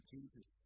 Jesus